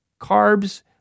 carbs